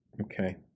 Okay